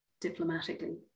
diplomatically